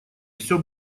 все